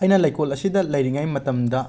ꯑꯩꯅ ꯂꯩꯀꯣꯜ ꯑꯁꯤꯗ ꯂꯩꯔꯤꯉꯩ ꯃꯇꯝꯗ